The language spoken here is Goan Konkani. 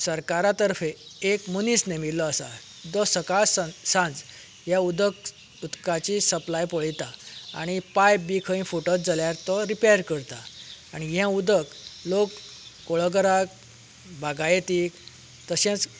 सरकारा तर्फे एक मनीस नेमिल्लो आसा तो सकाळ सांज हें उदक उदकाची सप्लाय पळयता आनी पायप बी खंय फुटत जाल्यार तो रिपॅर करता आनी हें उदक लोक कुळाघराक भागायतीक तशेंच